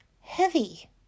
heavy